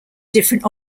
different